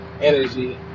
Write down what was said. energy